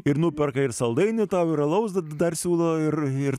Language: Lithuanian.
ir nuperka ir saldainių tau ir alaus dar siūlo ir ir